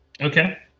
Okay